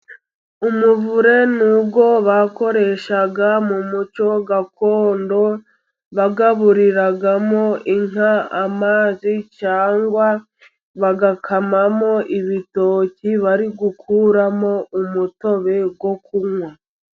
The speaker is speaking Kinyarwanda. Umuvure n'uwo bakoreshaga mu muco gakondo. Bagaburiragamo inka amazi cyangwa bagakamamo ibitoki bari gukuramo umutobe wo kunywa.